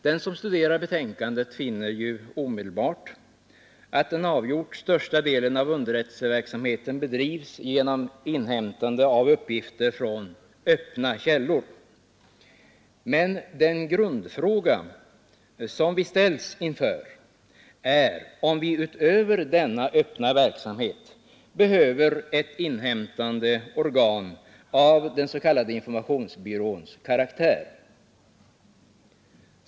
Den som studerar betänkandet finner att den avgjort största delen av underrättelseverksamheten bedrives genom inhämtande av uppgifter från öppna källor. Men den grundfråga vi ställs inför är om vi utöver denna öppna verksamhet behöver ett inhämtande organ av den s.k. informationsbyråns karaktär.